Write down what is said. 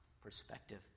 perspective